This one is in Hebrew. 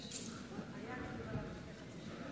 התפרסם בשבוע האחרון שקיבלת מחמאות על הפעילות של המשרד שלך,